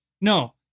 No